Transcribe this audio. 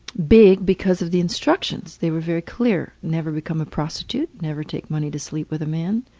big because of the instructions, they were very clear. never become a prostitute. never take money to sleep with a man.